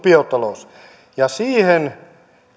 biotalous onko siihen